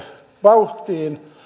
vauhtiin